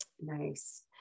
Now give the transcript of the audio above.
Nice